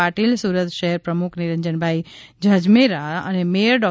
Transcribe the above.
પાટીલ સુરત શહેર પ્રમુખ નિરજનભાઈ ઝાંઝમેરા અને મેયર ડો